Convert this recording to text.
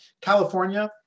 California